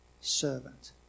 servant